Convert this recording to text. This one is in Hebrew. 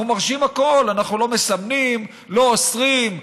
אנחנו מרשים הכול, אנחנו לא מסמנים, לא אוסרים.